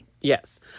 Yes